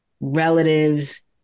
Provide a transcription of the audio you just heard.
relatives